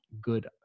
good